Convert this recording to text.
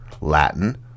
Latin